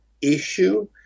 issue